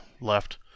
left